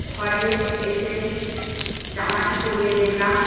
ঘরে এসে জামাটি পড়িয়ে দেখলাম